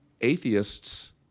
atheists